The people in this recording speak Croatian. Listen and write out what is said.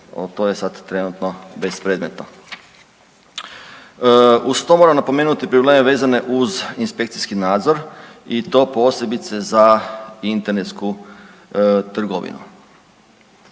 to je sad trenutno bespredmetno. Uz to moram napomenuti i probleme vezane uz inspekcijski nadzor i to posebice za internetsku trgovinu.